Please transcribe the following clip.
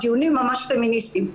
דיונים ממש פמיניסטיים.